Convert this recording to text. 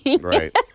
Right